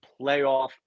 playoff